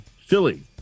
Philly